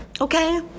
okay